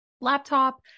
laptop